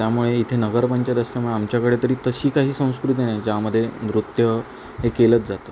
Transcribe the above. त्यामुळे इथे नगरपंचायत असल्यामुळे आमच्याकडे तरी तशी काही संस्कृती नाही ज्यामध्ये नृत्य हे केलंच जातं